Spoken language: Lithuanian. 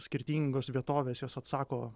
skirtingos vietovės jos atsako